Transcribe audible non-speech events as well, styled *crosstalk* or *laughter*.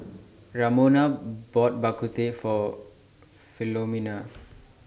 *noise* Ramona bought Bak Kut Teh For Philomena